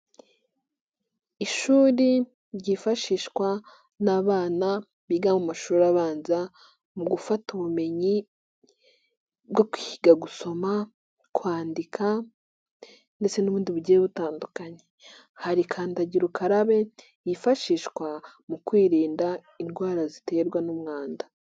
Ishuri ryifashishwa n'abana biga mu mashuri abanza mu gufata ubumenyi bwo kwiga gusoma, kwandika ndetse n'ubundi bugiye butandukanye, hari kandagira ukararabe yifashishwa mu kwirinda indwara ziterwa n'umwanda.